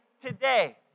today